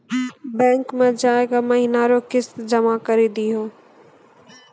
bank मे जाय के महीना रो किस्त जमा करी दहो